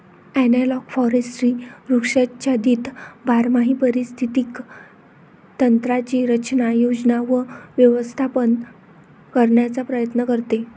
analogue forestry वृक्षाच्छादित बारमाही पारिस्थितिक तंत्रांची रचना, योजना व व्यवस्थापन करण्याचा प्रयत्न करते